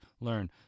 learn